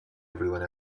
everyone